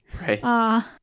Right